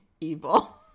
evil